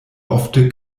ofte